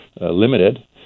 limited